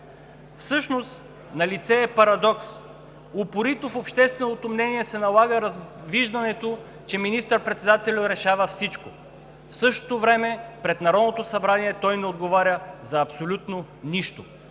Всъщност налице е парадокс – упорито в общественото мнение се налага виждането, че министър-председателят решава всичко. В същото време пред Народното събрание той не отговаря за абсолютно нищо.